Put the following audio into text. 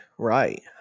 Right